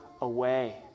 away